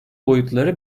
boyutları